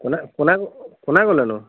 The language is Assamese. কোনে কোনে কোনে ক'লেনো